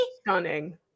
Stunning